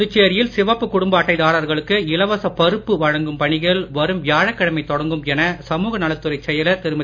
புதுச்சேரியில் சிவப்பு குடும்ப அட்டை தாரர்களுக்கு இலவச பருப்பு வழங்கும் பணிகள் வரும் வியாழக்கிழமை தொடங்கும் என சமூக நலத்துறைச் செயலர் திருமதி